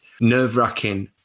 nerve-wracking